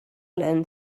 learned